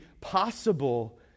possible